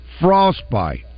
frostbite